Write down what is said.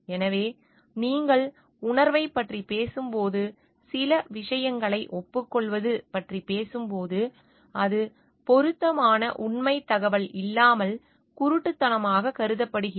எனவே நீங்கள் உணர்வைப் பற்றி பேசும்போது சில விஷயங்களை ஒப்புக்கொள்வது பற்றி பேசும்போது அது பொருத்தமான உண்மைத் தகவல் இல்லாமல் குருட்டுத்தனமாக கருதப்படுகிறது